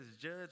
judge